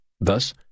thus